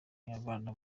banyarwanda